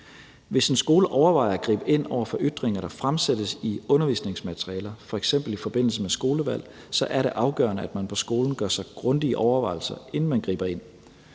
Hvis en skole overvejer at gribe ind over for ytringer, der fremsættes i undervisningsmaterialer, f.eks. i forbindelse med skolevalg, så er det afgørende, at man på skolen gør sig grundige overvejelser, inden man griber ind.